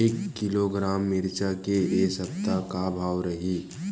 एक किलोग्राम मिरचा के ए सप्ता का भाव रहि?